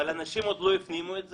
אבל אנשים עוד לא הפנימו את זה.